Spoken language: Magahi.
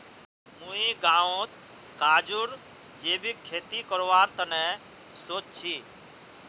मुई गांउत काजूर जैविक खेती करवार तने सोच छि